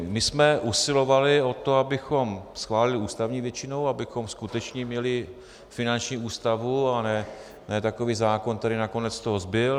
My jsme usilovali o to, abychom schválili ústavní většinou, abychom skutečně měli finanční ústavu a ne takový zákon, který nakonec z toho zbyl.